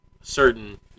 certain